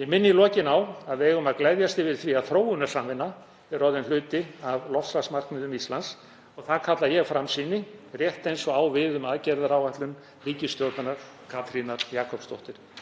Ég minni í lokin á að við eigum að gleðjast yfir því að þróunarsamvinna er orðin hluti af loftslagsmarkmiðum Íslands. Það kalla ég framsýni rétt eins og á við um aðgerðaáætlun ríkisstjórnar Katrínar Jakobsdóttur.